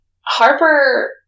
Harper